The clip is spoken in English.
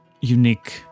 unique